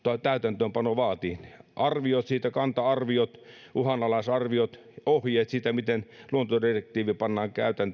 täytäntöönpano vaatii kanta arviot uhanalaisarviot ohjeet siitä miten luontodirektiivi pannaan